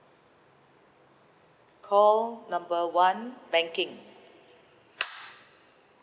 call number one banking